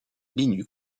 linux